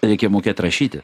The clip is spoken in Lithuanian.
reikia mokėt rašyti